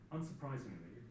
Unsurprisingly